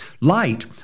Light